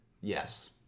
yes